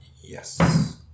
Yes